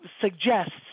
suggests